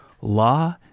law